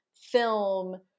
film